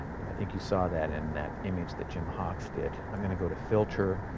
and i think you saw that in that image that jim hawks did. i'm going to go to filter,